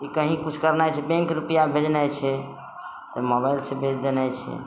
की कहीँ किछु करनाइ छै बैंक रुपआ भेजनाइ छै तऽ मोबाइलसँ भेज देनाइ छै